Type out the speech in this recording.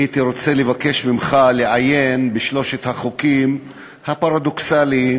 הייתי רוצה לבקש ממך לעיין בשלושת החוקים הפרדוקסליים: